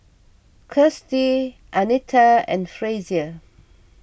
Kirstie Anita and Frazier